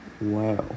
Wow